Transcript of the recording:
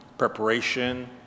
preparation